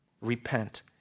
Repent